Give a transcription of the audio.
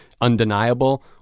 undeniable